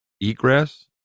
egress